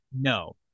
No